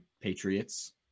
patriots